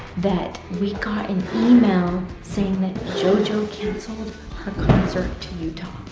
that we got an email saying that jojo canceled her concert to utah?